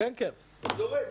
יורד.